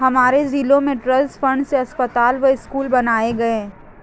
हमारे जिले में ट्रस्ट फंड से अस्पताल व स्कूल बनाए गए